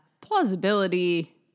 Plausibility